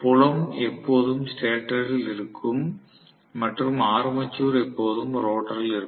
புலம் எப்போதும் ஸ்டேட்டரில் இருக்கும் மற்றும் ஆர்மேச்சர் எப்போதும் ரோட்டரில் இருக்கும்